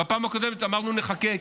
בפעם הקודמת אמרנו שנחכה,